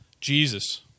Jesus